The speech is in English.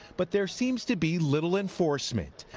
but there seems to be little enforcement.